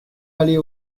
aller